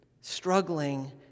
struggling